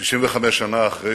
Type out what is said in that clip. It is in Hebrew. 65 שנה אחרי